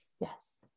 Yes